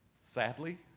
Sadly